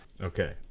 Okay